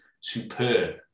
superb